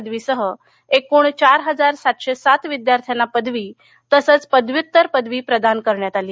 पदवीसह एकृण चार हजार सातशे सात विद्यार्थ्यांना पदवी तसंच पदव्युत्तर पदवी प्रदान करण्यात आल्या